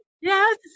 Yes